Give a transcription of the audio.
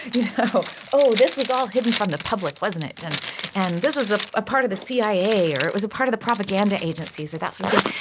you know oh, this was all hidden from the public, wasn't it? and and this this was ah a part of the cia or it was a part of the propaganda agencies or that sort of thing.